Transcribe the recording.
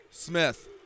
Smith